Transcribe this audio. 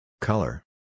Color